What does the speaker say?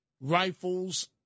rifles